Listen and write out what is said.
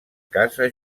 casa